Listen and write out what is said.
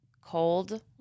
cold